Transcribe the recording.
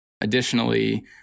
Additionally